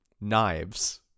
knives